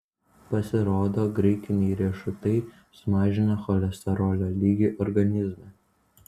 pasirodo graikiniai riešutai sumažina cholesterolio lygį organizme